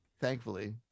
thankfully